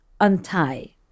untie